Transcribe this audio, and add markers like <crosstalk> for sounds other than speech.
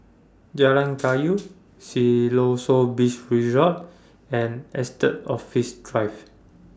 Jalan <noise> Kayu Siloso Beach Resort and Estate Office Drive